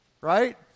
right